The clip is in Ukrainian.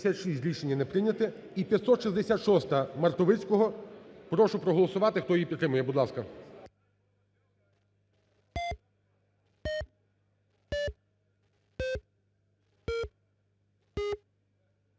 прошу проголосувати, хто її підтримує, будь ласка.